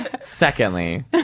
Secondly